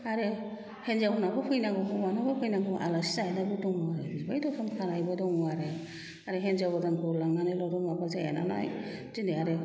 आरो हिनजावनावबो फैनांगौ हौवानावबो फैनांगौ आलासि जालायनायबो दङ आरो बिबाय दर्सन खानायबो दङ आरो आरो हिन्जाव गोदानखौ लांनानैल' माबा जाया नालाय दिनै आरो